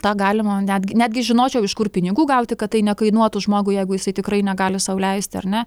tą galima netgi netgi žinočiau iš kur pinigų gauti kad tai nekainuotų žmogui jeigu jisai tikrai negali sau leisti ar ne